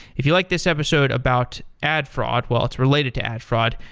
if you like this episode about ad fraud well, it's related to ad fraud,